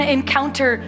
encounter